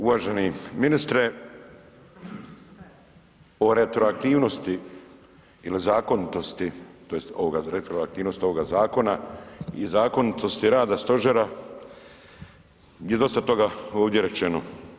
Uvaženi ministre, o retroaktivnosti ili zakonitosti tj. ovoga rektroaktivnosti ovoga zakona i zakonitosti rada stožera je dosta toga ovdje rečeno.